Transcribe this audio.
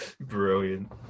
Brilliant